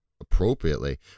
appropriately